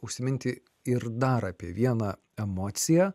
užsiminti ir dar apie vieną emociją